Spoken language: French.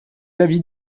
l’avis